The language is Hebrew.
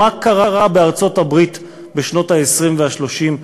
מה קרה בארצות-הברית בשנות ה-20 וה-30,